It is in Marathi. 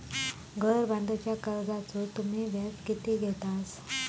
घर बांधूच्या कर्जाचो तुम्ही व्याज किती घेतास?